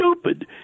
stupid